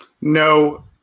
no